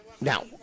Now